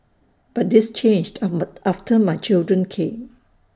but this changed after my children came